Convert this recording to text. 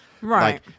right